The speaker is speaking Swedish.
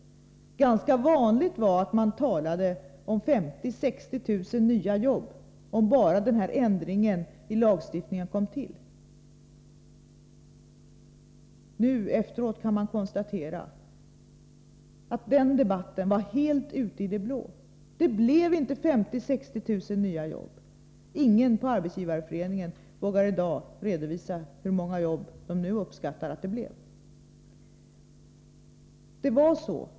Det var ganska vanligt att man talade om att 50 000-60 000 nya jobb skulle skapas, bara denna ändring i lagstiftningen kom till stånd. Nu efteråt kan vi konstatera att den debatten var helt ute i det blå. Det blev inte 50 000-60 000 nya jobb. Ingen på Arbetsgivareföreningen vågar i dag redovisa hur många jobb man uppskattar att det blev.